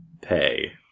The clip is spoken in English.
pay